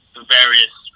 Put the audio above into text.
Various